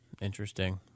Interesting